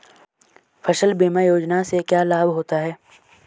फसल बीमा योजना से क्या लाभ होता है?